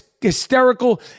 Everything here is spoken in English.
hysterical